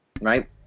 right